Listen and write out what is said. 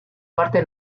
parte